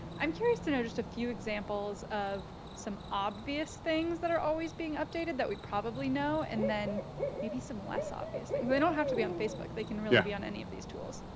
i'm curious to know just a few examples of some obvious things that are always being updated that we'd probably know and then maybe some less obvious things. they don't have to be on facebook. they can really be on any of these tools.